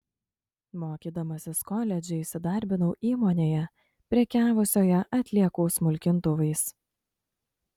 mokydamasis koledže įsidarbinau įmonėje prekiavusioje atliekų smulkintuvais